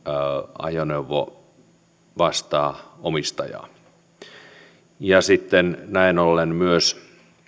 ajoneuvo vaihtaa omistajaa sitten näin ollen myös